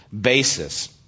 basis